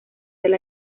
del